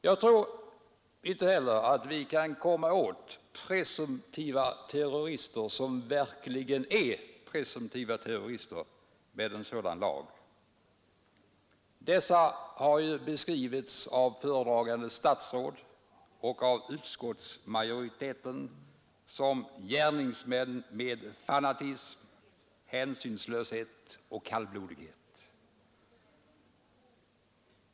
Inte heller tror jag att vi kan komma åt presumtiva terrorister som verkligen är presumtiva terrorister med en sådan lag. Dessa har av föredragande statsråd och utskottsmajoritet beskrivits som gärningsmän med fanatism, hänsynslöshet och kallblodighet.